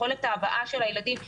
יכולת ההבעה של הילדים,